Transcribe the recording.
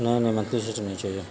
نہیں نہیں منھلی سسٹم نہیں چاہیے